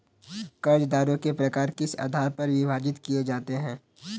कर्जदारों के प्रकार किस आधार पर विभाजित किए जाते हैं?